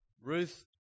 Ruth